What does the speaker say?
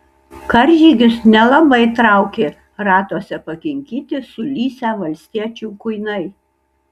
karžygius nelabai traukė ratuose pakinkyti sulysę valstiečių kuinai